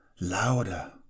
louder